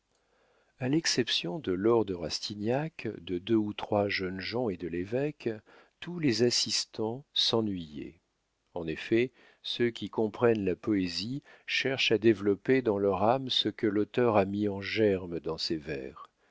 a l'exception de laure de rastignac de deux ou trois jeunes gens et de l'évêque tous les assistants s'ennuyaient en effet ceux qui comprennent la poésie cherchent à développer dans leur âme ce que l'auteur a mis en germe dans ses vers